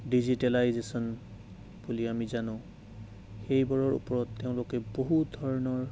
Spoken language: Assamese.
ডিজিটেলাইজেচন বুলি আমি জানো সেইবোৰৰ ওপৰত তেওঁলোকে বহুত ধৰণৰ